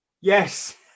Yes